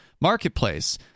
marketplace